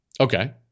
okay